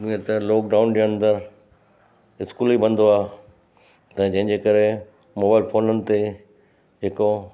ईअं त लोकडाउन जे अंदरु स्कूल ई बंदि हुआ त जंहिंजे करे मोबाइल फोननि ते जेको